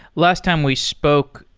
last time we spoke,